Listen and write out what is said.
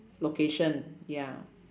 location ya